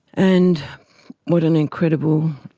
and what an incredible